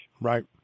Right